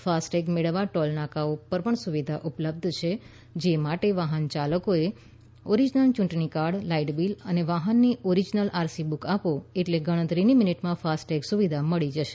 FASTag મેળવવા toll નાકાઓ પર પણ સુવિધા ઉપલબ્ધ છે જે માટે વાહન ચાલકોએ ઓરિજિનલ ચૂંટણીકાર્ડ લાઈટ બીલ અને વાહનની ઓરિજિનલ આરસી બુક આપો એટલે ગણતરીની મિનિટમાં ફાસ્ટટેગ સુવિધા મળી જશે